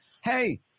hey